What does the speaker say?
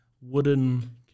wooden